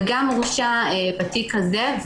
וגם הורשע בתיק הזה,